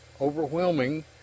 overwhelming